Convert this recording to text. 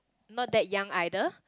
not that young either